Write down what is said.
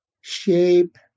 shape